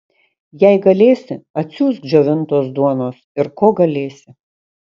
jei galėsi atsiųsk džiovintos duonos ir ko galėsi